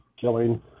killing